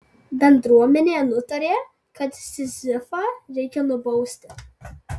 bendruomenė nutarė kad sizifą reikia nubausti